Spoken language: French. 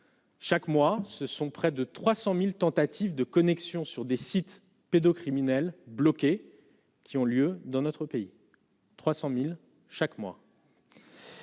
chaque mois, ce sont près de 300000 tentatives de connexion sur des sites pédo-criminels bloqués qui ont lieu dans notre pays 300000 chaque mois.